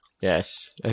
Yes